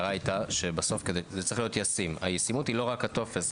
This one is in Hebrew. זה צריך להיות ישים, והישימות היא לא רק הטופס.